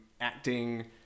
acting